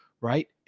right